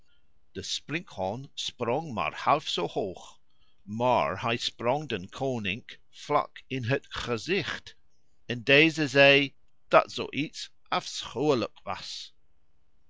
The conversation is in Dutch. sprinkhaan sprong maar half zoo hoog maar hij sprong den koning vlak in het gezicht en deze zei dat zoo iets afschuwelijk was